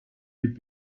mit